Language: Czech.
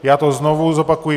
Já to znovu zopakuji.